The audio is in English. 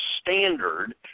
standard